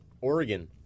Oregon